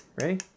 Ready